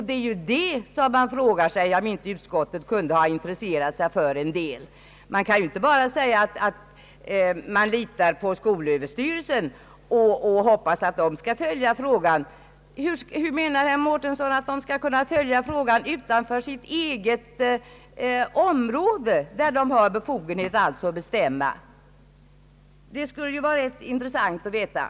Det är just därför som vi frågar oss om inte utskottet borde ha intresserat sig för ytterligare åtgärder. Man kan inte bara lita till skolöverstyrelsen och hoppas att den skall följa frågan. Hur menar herr Mårtensson att skolöverstyrelsen skall kunna följa frågan utanför sitt eget område, alltså på områden där den inte har befogenhet att bestämma? Det skulle vara intressant att få veta.